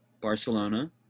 Barcelona